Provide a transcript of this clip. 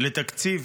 לתקציב